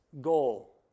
goal